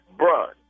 bruh